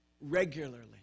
regularly